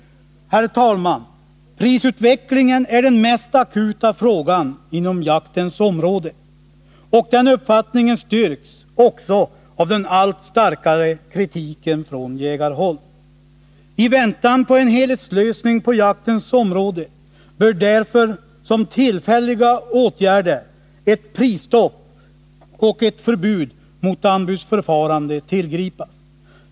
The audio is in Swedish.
Herr talman! Prisutvecklingen är den mest akuta frågan inom jaktens område. Den uppfattningen styrks också av den allt starkare kritiken från jägarhåll. I väntan på en helhetslösning på jaktens område bör därför, som tillfälliga åtgärder, ett prisstopp och ett förbud mot anbudsförfarande tillgripas.